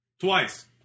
Twice